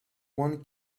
one